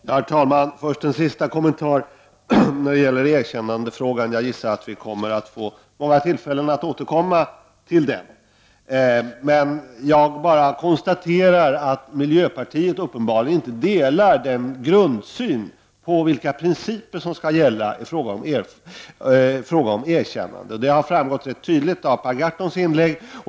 Herr talman! Först skulle jag bara vilja göra en sista liten kommentar när det gäller erkännandefrågan. Jag gissar att vi kommer att få många tillfällen att återkomma till den. Jag kan dock bara konstatera att miljöpartiet uppenbarligen inte delar grundsynen om vilka principer som skall gälla i fråga om erkännande. Det har framgått ganska tydligt av Per Gahrtons inlägg.